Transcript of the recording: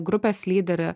grupės lyderį